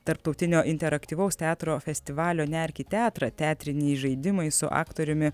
tarptautinio interaktyvaus teatro festivalio nerk į teatrą teatriniai žaidimai su aktoriumi